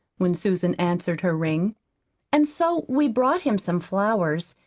when susan answered her ring and so we've brought him some flowers.